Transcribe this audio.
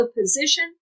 position